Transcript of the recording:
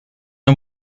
and